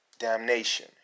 damnation